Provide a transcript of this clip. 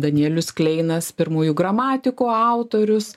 danielius kleinas pirmųjų gramatikų autorius